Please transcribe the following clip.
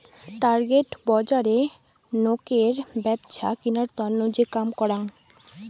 target বজারে নোকের ব্যপছা কিনার তন্ন যে কাম করং